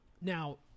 now